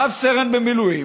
רב-סרן במילואים,